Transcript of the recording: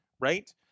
right